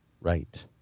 Right